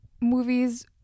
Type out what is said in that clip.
movies